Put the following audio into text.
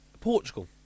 Portugal